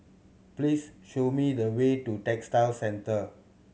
please show me the way to Textile Centre